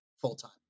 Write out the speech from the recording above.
full-time